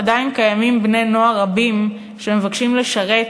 עדיין קיימים בני-נוער רבים שמבקשים לשרת,